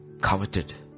Coveted